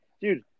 dude